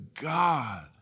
God